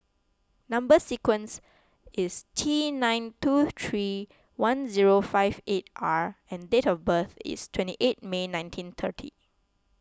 Number Sequence is T nine two three one zero five eight R and date of birth is twenty eight May nineteen thirty